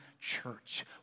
Church